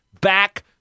back